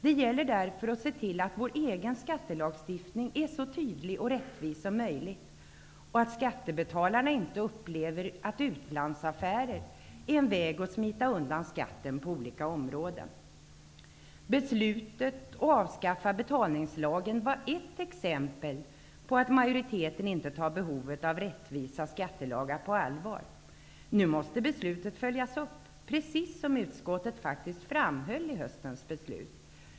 Det gäller därför att se till att vår egen skattelagstiftning är så tydlig och rättvis som möjligt och att skattebetalarna inte upplever att utlandsaffärer är en väg att smita undan skatten på olika områden. Beslutet att avskaffa betalningslagen var ett exempel på att majoriteten inte tar behovet av rättvisa skattelagar på allvar. Nu måste beslutet följas upp, precis som utskottet faktiskt framhöll i höstens beslut.